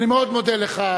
אני מאוד מודה לך,